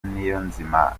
niyonzima